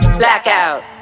blackout